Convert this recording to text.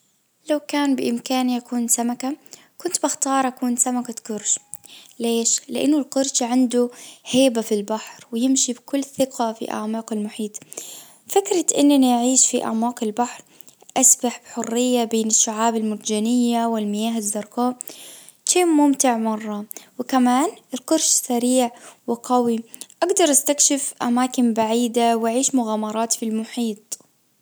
لو كان بامكاني اكون سمكةكنت بختار أكون سمكة قرش ليش? لان القرش عنده هيبة في البحر ويمشي بكل ثقة في اعماق المحيط فكرة انني أعيش في اعماق البحر اسبح بحرية بين الشعاب المرجانية والمياه الزرقاء شيء ممتع مرة وكمان القرش سريع وقوي اجدر استكشف اماكن بعيدة واعيش مغامرات في المحيط.